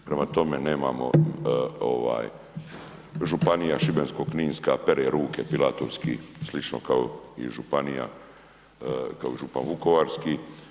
Prema tome, nemamo županija Šibensko-kninska pere ruke pilatovski, slično kao i županija, kao župan vukovarski.